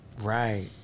Right